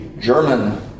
German